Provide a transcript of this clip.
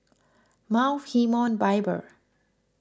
Mount Hermon Bible